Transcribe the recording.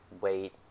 wait